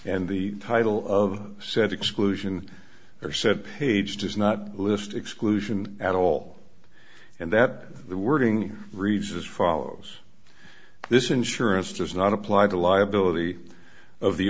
and the title of said exclusion or said page does not list exclusion at all and that the wording reads as follows this insurance does not apply the liability of the